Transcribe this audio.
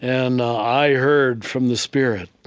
and i heard from the spirit,